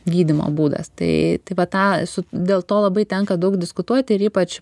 gydymo būdas tai tai va tą su dėl to labai tenka daug diskutuoti ir ypač